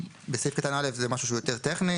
השינוי בסעיף קטן (א) זה משהו שהוא יותר טכני.